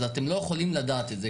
אז אתם לא יכולים לדעת את זה,